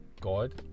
god